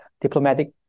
diplomatic